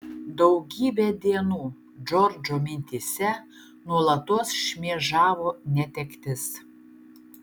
daugybę dienų džordžo mintyse nuolatos šmėžavo netektis